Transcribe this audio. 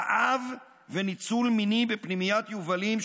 רעב וניצול מיני בפנימיית יובלים,